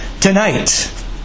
tonight